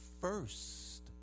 first